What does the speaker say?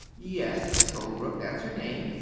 yes, mis' colebrook. that's her name.